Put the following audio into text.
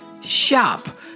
shop